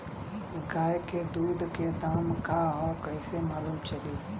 गाय के दूध के दाम का ह कइसे मालूम चली?